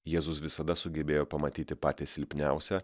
jėzus visada sugebėjo pamatyti patį silpniausią